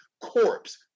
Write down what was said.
corpse